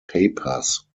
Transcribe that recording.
papers